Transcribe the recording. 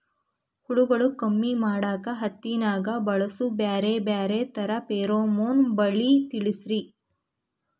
ಹುಳುಗಳು ಕಮ್ಮಿ ಮಾಡಾಕ ಹತ್ತಿನ್ಯಾಗ ಬಳಸು ಬ್ಯಾರೆ ಬ್ಯಾರೆ ತರಾ ಫೆರೋಮೋನ್ ಬಲಿ ತಿಳಸ್ರಿ